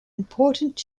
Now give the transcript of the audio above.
important